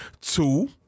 Two